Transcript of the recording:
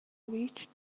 reached